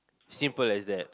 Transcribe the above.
simple as that